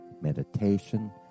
meditation